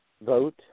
vote